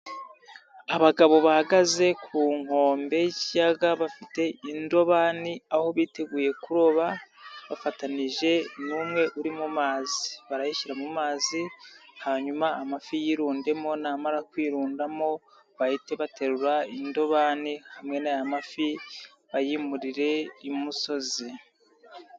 Abagabo bahagaze ku nkombe y'ikiyaga bafite indobani aho biteguye kuroba bafatanije n'umwe uri mu mazi, barayashyira mu mazi hanyuma amafi yirundemo namara kwirundamo bahite baterura indobani hamwe n'aya mafi bayimurire imusozi.